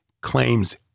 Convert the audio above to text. claims